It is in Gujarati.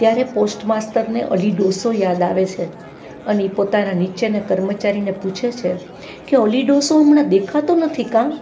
ત્યારે પોસ્ટ માસ્તરને અલી ડોસો યાદ આવે છે અને ઇ પોતાના નીચેના કર્મચારીને પૂછે છે કે અલી ડોસો હમણાં દેખાતો નથી કાં